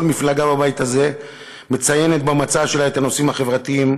כל מפלגה בבית הזה מציינת במצע שלה את הנושאים החברתיים,